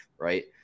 right